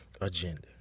agenda